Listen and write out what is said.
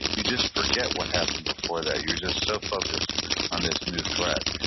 you just forget what happened before that. you were just so focused on this new threat.